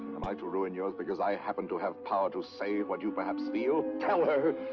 am i to ruin yours, because i happen to have power to say what you perhaps feel? tell her!